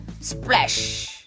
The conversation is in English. Splash